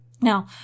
Now